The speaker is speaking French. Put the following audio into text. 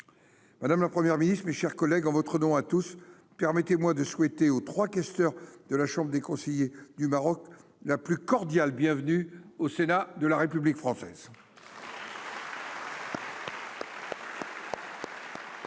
madame la Première ministre, mes chers collègues, en votre nom à tous, permettez-moi de souhaiter au trois questeurs de la Chambre des conseillers du Maroc la plus cordiale bienvenue au sénat de la République française. Notre